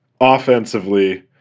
offensively